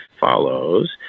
follows